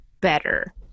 better